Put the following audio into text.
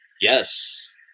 yes